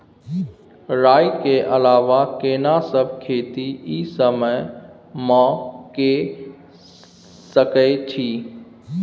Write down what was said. राई के अलावा केना सब खेती इ समय म के सकैछी?